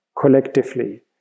collectively